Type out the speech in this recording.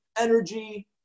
Energy